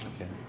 Okay